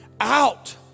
out